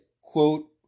quote